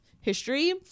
history